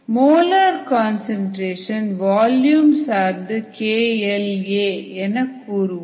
molar concentration volume சார்ந்து KL a என கூறுவோம்